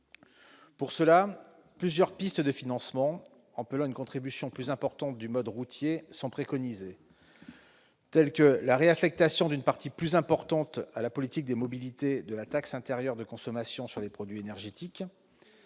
Pour cela, plusieurs pistes de financement appelant une contribution plus importante du mode routier sont préconisées, telles que la réaffectation d'une partie plus importante à la politique des mobilités de la taxe intérieure de consommation sur les produits énergétiques,